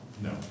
no